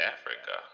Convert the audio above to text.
Africa